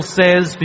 says